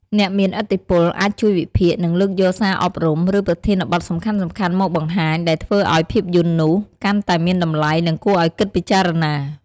អ្នកមានឥទ្ធិពលអាចជួយវិភាគ និងលើកយកសារអប់រំ ឬប្រធានបទសំខាន់ៗមកបង្ហាញ ដែលធ្វើឱ្យភាពយន្តនោះកាន់តែមានតម្លៃ និងគួរឱ្យគិតពិចារណា។